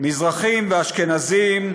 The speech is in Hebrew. מזרחים ואשכנזים,